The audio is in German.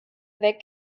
weg